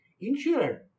insured